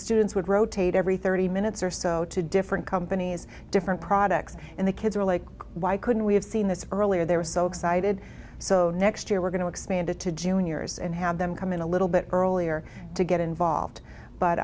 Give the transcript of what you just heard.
students would rotate every thirty minutes or so to different companies different products and the kids were like why couldn't we have seen this earlier they were so excited so next year we're going to expand it to juniors and have them come in a little bit earlier to get involved